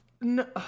no